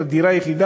אלא על דירה יחידה,